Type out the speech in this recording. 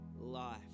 life